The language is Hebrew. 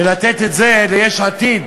ולתת את זה ליש עתיד?